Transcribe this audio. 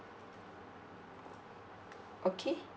okay